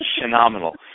Phenomenal